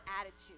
attitude